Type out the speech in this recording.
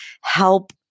help